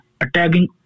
attacking